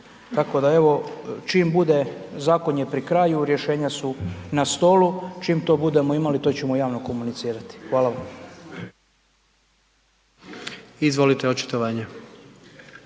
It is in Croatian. Tako da evo, čim bude, zakon je pri kraju, rješenja su na stolu, čim to budemo imali to ćemo javno komunicirati. Hvala vam. **Jandroković,